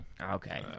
Okay